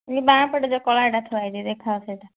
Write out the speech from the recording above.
ଏଇ ବାମ ପଟେ ଯେଉଁ କଳାଟା ଥୁଆ ହେଇଛି ଦେଖାଅ ସେଇଟା